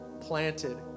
planted